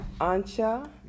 Ancha